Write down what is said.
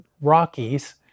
Rockies